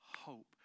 hope